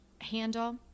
handle